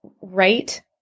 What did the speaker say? right